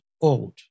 old